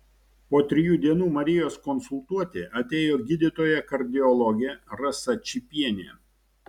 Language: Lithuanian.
po trijų dienų marijos konsultuoti atėjo gydytoja kardiologė rasa čypienė